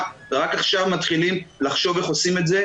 ורק עכשיו מתחילים לחשוב איך עושים את זה.